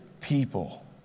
people